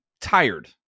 tired